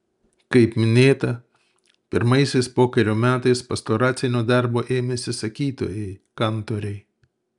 kaip minėta pirmaisiais pokario metais pastoracinio darbo ėmėsi sakytojai kantoriai